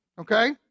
Okay